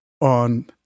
on